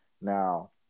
now